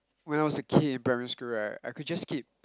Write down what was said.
when I was a kid in primary school right I could just skip